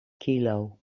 kilo